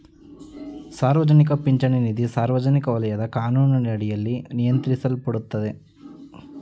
ಸಾರ್ವಜನಿಕ ಪಿಂಚಣಿ ನಿಧಿ ಸಾರ್ವಜನಿಕ ವಲಯದ ಕಾನೂನಿನಡಿಯಲ್ಲಿ ನಿಯಂತ್ರಿಸಲ್ಪಡುತ್ತೆ